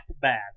bad